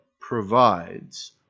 provides